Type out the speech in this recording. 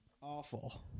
Awful